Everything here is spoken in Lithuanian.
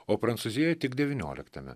o prancūzijoj tik devynioliktame